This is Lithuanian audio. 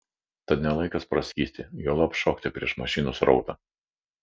tad ne laikas praskysti juolab šokti prieš mašinų srautą